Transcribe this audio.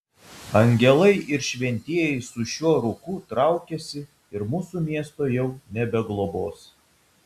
angelai ir šventieji su šiuo rūku traukiasi ir mūsų miesto jau nebeglobos